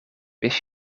wist